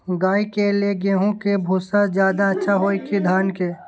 गाय के ले गेंहू के भूसा ज्यादा अच्छा होई की धान के?